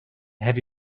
have